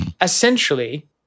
essentially